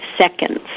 seconds